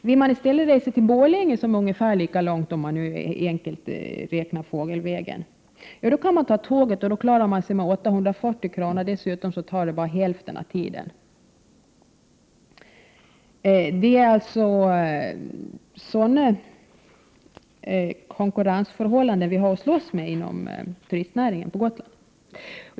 Vill familjen i stället resa till Borlänge, vilket är ungefär lika långt fågelvägen, kan man ta tåget och klara sig med 840 kr. Dessutom tar resan bara halva tiden. Det är alltså sådana konkurrensförhållanden vi har att slåss med inom turistnäringen på Gotland.